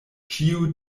ĉio